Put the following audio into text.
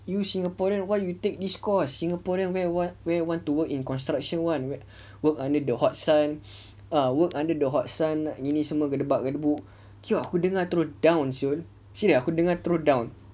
you singaporean why you take this course singaporean where wan~ where want to work in construction [one] work under the hot sun work under the hot sun ini semua gedebak gedebuk kiwak aku dengar terus down [siol] serious aku dengar terus down